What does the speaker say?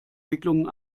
wicklungen